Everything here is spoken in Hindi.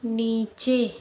नीचे